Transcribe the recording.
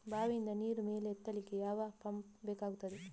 ಬಾವಿಯಿಂದ ನೀರು ಮೇಲೆ ಎತ್ತಲಿಕ್ಕೆ ಯಾವ ಪಂಪ್ ಬೇಕಗ್ತಾದೆ?